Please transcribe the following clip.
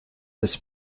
this